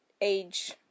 age